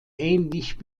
ähnlich